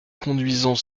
conduisant